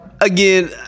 Again